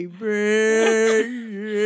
baby